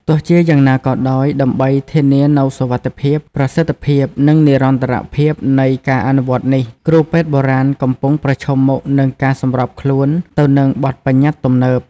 ទោះជាយ៉ាងណាក៏ដោយ ដើម្បីធានានូវសុវត្ថិភាព ប្រសិទ្ធភាព និងនិរន្តរភាពនៃការអនុវត្តនេះ គ្រូពេទ្យបុរាណកំពុងប្រឈមមុខនឹងការសម្របខ្លួនទៅនឹងបទប្បញ្ញត្តិទំនើប។